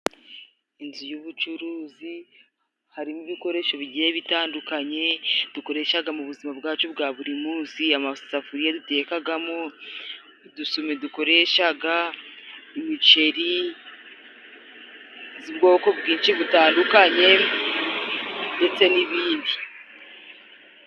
Inzu y'ubucuruzi hari mo ibikoresho bigiye bitandukanye, dukoreshaga mu buzima bwacu bwa buri munsi, amasafuriya dutekaga mo, udusumi dukoreshaga, imiceri z'ubwoko bwinshi butandukanye, ndetse n'ibindi.